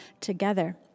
together